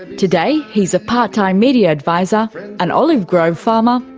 today, he's a part-time media advisor, an olive grove farmer,